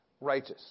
righteous